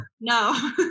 No